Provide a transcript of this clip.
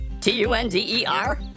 T-U-N-D-E-R